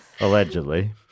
Allegedly